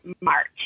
March